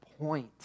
point